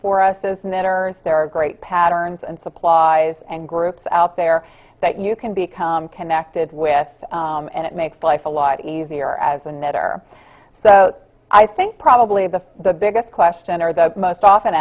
intern there are great patterns and supplies and groups out there that you can become connected with and it makes life a lot easier as a net or so i think probably the the biggest question or the most often